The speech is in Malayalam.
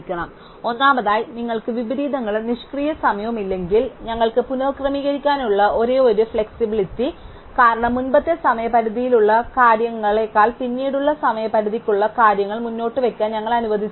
അതിനാൽ ഒന്നാമതായി നിങ്ങൾക്ക് വിപരീതങ്ങളും നിഷ്ക്രിയ സമയവുമില്ലെങ്കിൽ ഞങ്ങൾക്ക് പുനക്രമീകരിക്കാനുള്ള ഒരേയൊരു ഫ്ലെക്സിബിലിറ്റി കാരണം മുമ്പത്തെ സമയപരിധിയുള്ള കാര്യങ്ങളെക്കാൾ പിന്നീടുള്ള സമയപരിധിക്കുള്ള കാര്യങ്ങൾ മുന്നോട്ട് വയ്ക്കാൻ ഞങ്ങൾ അനുവദിച്ചില്ല